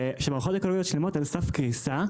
שמערכות אקולוגיות שלמות נמצאות על סף קריסה.